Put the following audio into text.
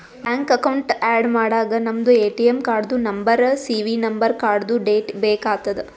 bank account add ಮಾಡಾಗ ನಮ್ದು ATM ಕಾರ್ಡ್ದು ನಂಬರ್ ಸಿ.ವಿ ನಂಬರ್ ಕಾರ್ಡ್ದು ಡೇಟ್ ಬೇಕ್ ಆತದ್